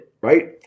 right